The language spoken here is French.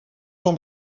jean